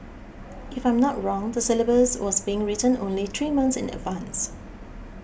if I'm not wrong the syllabus was being written only three months in advance